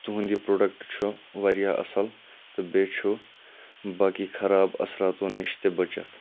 تُہنٛد یہِ پرٛوڈَکٹہٕ چھُ واریاہ اصٕل تہٕ بیٚیہِ چھُ باقٕے خراب اَثراتو نِش تہِ بٔچِتھ